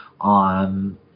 on